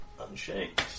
unshakes